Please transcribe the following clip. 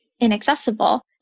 inaccessible